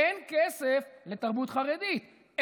אין כסף לתרבות חרדית,